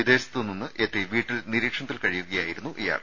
വിദേശത്തുനിന്ന് എത്തി വീട്ടിൽ നിരീക്ഷണത്തിൽ കഴിയുകയായിരുന്നു ഇയാൾ